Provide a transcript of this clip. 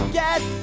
get